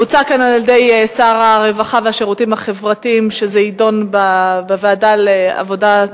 הוצע כאן על-ידי שר הרווחה והשירותים החברתיים שזה יידון בוועדת העבודה,